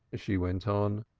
she went on,